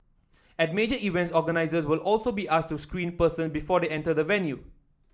at major events organisers will also be asked to screen person before they enter the venue